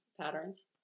patterns